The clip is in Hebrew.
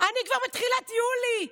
אני כבר בתחילת יולי,